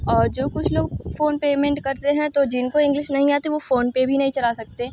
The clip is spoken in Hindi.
और जो कुछ लोग फ़ोन पेमेंट करते हैं तो जिनको इंग्लिश नहीं आती तो वो फ़ोनपे भी नहीं चला सकते